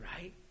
right